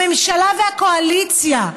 הממשלה והקואליציה,